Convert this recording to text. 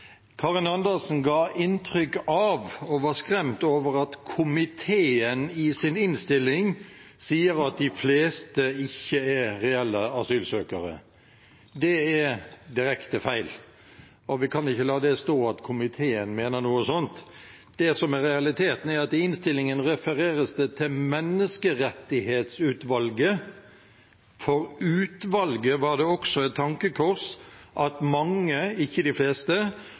Karin Andersen ga inntrykk av og var skremt over at komiteens innstilling sier at de fleste ikke er reelle asylsøkere. Det er direkte feil, og vi kan ikke la det stå at komiteen mener noe slikt. Det som er realiteten, er at det i innstillingen refereres til Menneskerettighetsutvalget: «For utvalget var det også et tankekors at mange» – ikke de fleste